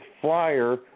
Flyer